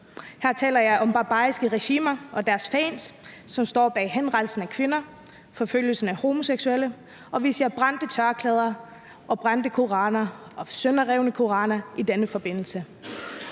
Her taler jeg om barbariske regimer og deres fans, som står bag henrettelsen af kvinder og forfølgelsen af homoseksuelle, og vi ser brændte tørklæder og brændte og sønderrevne koraner i denne forbindelse.